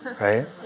right